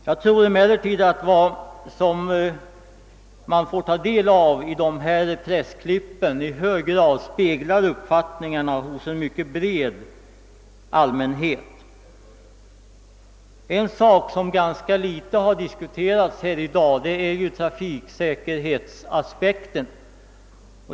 Jag tror emellertid att vad vi får ta del av i dessa pressklipp i hög rad speglar uppfattningarna hos en mycket bred almänhet. En sak som ganska litet har diskuterats här i dag är ju trafiksäkerhetsaspekten.